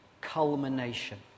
culmination